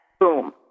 boom